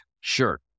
Sure